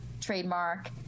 trademark